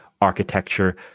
architecture